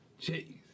Jeez